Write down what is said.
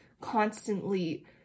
constantly